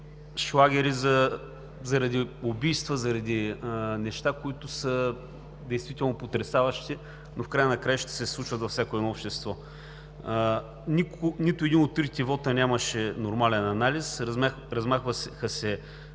шлагери – заради убийства, заради неща, които са действително потресаващи, но в края на краищата се случват във всяко едно общество. Нито в един от трите вота нямаше нормален анализ – размахваха се